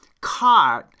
caught